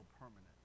permanent